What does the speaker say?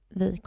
vi